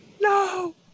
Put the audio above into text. no